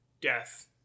death